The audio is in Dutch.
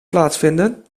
plaatsvinden